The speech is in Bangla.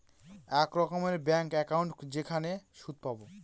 এক রকমের ব্যাঙ্ক একাউন্ট যেখানে সুদ পাবো